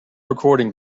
recording